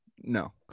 No